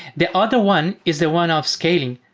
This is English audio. the other one is the one of scaling.